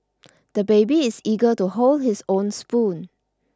the baby is eager to hold his own spoon